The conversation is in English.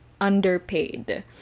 underpaid